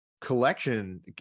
collection